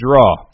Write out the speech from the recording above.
draw